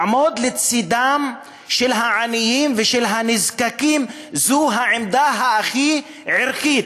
לעמוד לצדם של העניים ושל הנזקקים זה העמדה הכי ערכית.